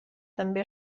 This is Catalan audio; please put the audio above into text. també